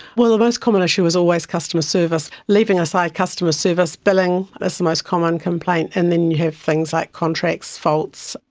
well, the most common issue is always customer service. leaving aside customer service, billing is the most common complaint, and then you have things like contracts, faults,